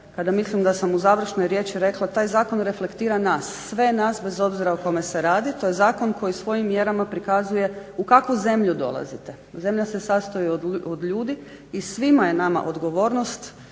kada mislim da sam u završnoj riječi rekla taj zakon reflektira nas, sve nas bez obzira o kome se radi. To je zakon koji svojim mjerama prikazuje u kakvu zemlju dolazite. Zemlja se sastoji od ljudi i svima je nama odgovornost